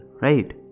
right